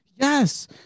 Yes